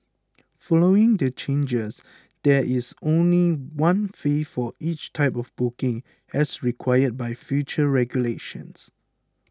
following the changes there is only one fee for each type of booking as required by future regulations